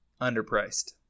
underpriced